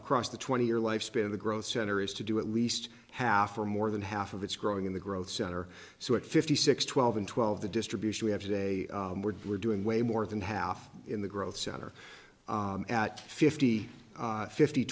across the twenty year lifespan of the growth center is to do at least half or more than half of it's growing in the growth center so at fifty six twelve and twelve the distribution we have today we're doing way more than half in the growth center at fifty fifty